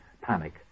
panic